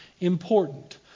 important